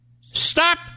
Stop